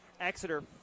Exeter